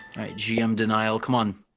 right gm denial come on